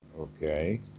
Okay